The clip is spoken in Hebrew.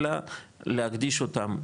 אלא להקדיש אותם,